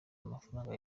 amafaranga